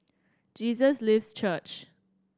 Jesus Lives Church